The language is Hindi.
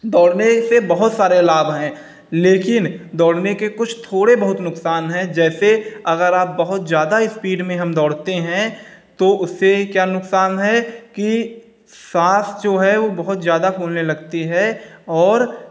दौड़ने से बहुत सारे लाभ हैं लेकिन दौड़ने के कुछ थोड़े बहुत नुकसान हैं जैसे अगर आप बहुत ज़्यादा स्पीड में हम दौड़ते हैं तो उससे क्या नुकसान है कि साँस जो है वो बहुत ज़्यादा फूलने लगती है और